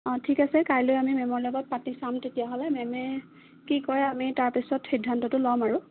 অঁ ঠিক আছে কাইলৈ আমি মে'মৰ লগত পাতি চাম তেতিয়াহ'লে মে'মে কি কৰে আমি তাৰপিছত সিদ্ধান্তটো ল'ম আৰু